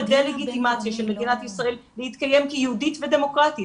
הדה-לגיטימציה של מדינת ישראל להתקיים כיהודית ודמוקרטית,